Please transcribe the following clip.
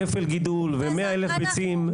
כפל גידול ו-100,000 ביצים.